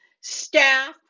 staff